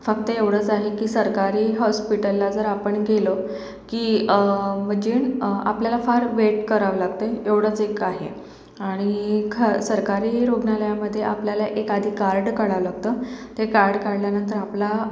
फक्त एवढचं आहे की सरकारी हॉस्पिटलला जर आपण गेलं की म्हणजे नं आपल्याला फार वेट करावं लागतंय एवढचं एक आहे आणि खा सरकारी रुग्णालयामधे आपल्याला एक आधी कार्ड काढावं लागतं ते कार्ड काढल्यानंतर आपला